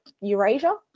Eurasia